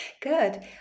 Good